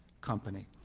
Company